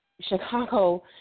Chicago